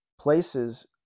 places